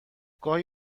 گاهی